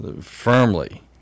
firmly